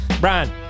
Brian